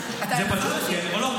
זה פשוט כן או לא.